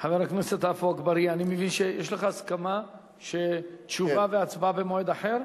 אגבאריה, שיש לך הסכמה שתשובה והצבעה במועד אחר?